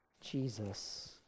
Jesus